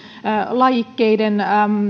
lajikkeiden